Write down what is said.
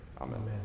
Amen